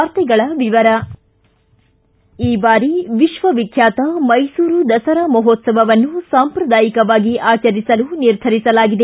ವಾರ್ತೆಗಳ ವಿವರ ಈ ಬಾರಿ ವಿಶ್ವ ವಿಖ್ಯಾತ ಮೈಸೂರು ದಸರಾ ಮಹೋತ್ಸವನ್ನು ಸಂಪ್ರದಾಯಿಕವಾಗಿ ಆಚರಿಸಲು ನಿರ್ಧರಿಸಲಾಗಿದೆ